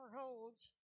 holds